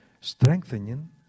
strengthening